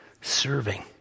serving